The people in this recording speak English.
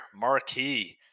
marquee